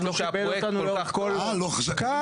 אני